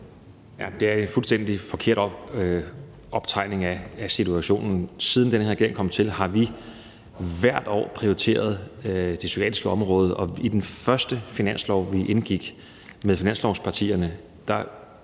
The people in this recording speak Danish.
Det er en fuldstændig forkert optegning af situationen. Siden den her regering kom til, har vi hvert år prioriteret det psykiatriske område, og i den første finanslov, vi indgik med finanslovspartierne,